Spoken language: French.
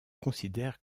considère